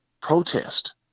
Protest